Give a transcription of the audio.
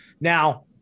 now